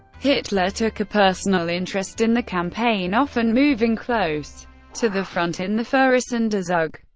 hitler took a personal interest in the campaign, often moving close to the front in the fuhrersonderzug.